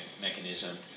mechanism